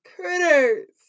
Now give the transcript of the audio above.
critters